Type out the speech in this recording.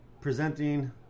presenting